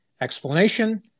explanation